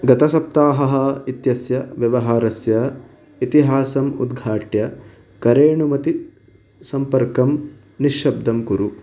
गतसप्ताहः इत्यस्य व्यवहारस्य इतिहासम् उद्घाट्य करेणुमति सम्पर्कं निःशब्दं कुरु